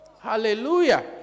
Hallelujah